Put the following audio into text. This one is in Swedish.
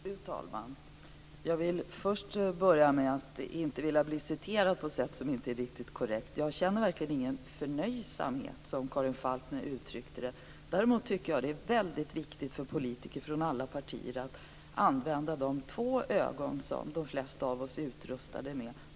Fru talman! Jag vill börja med att säga att jag inte vill bli citerad på ett sätt som inte är korrekt. Jag känner verkligen ingen förnöjsamhet, som Karin Falkmer uttryckte det. Däremot tycker jag att det är väldigt viktigt för politiker från alla partier att använda de två ögon som de flesta är utrustade med.